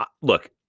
look